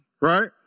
Right